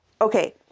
Okay